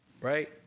right